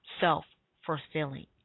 self-fulfilling